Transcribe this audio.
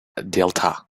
delta